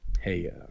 Hey